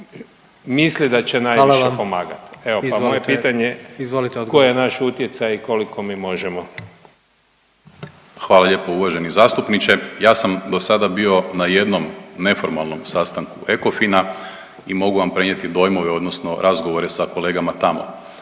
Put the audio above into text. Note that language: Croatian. …/Upadica Brumnić: A moje je pitanje koji je naš utjecaj i koliko mi možemo?/… **Primorac, Marko** Hvala lijepo uvaženi zastupniče. Ja sam do sada bio na jednom neformalnom sastanku ECOFIN-a i mogu vam prenijeti dojmove, odnosno razgovore sa kolegama tamo.